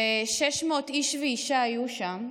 ו-600 איש ואישה היו שם.